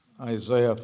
Isaiah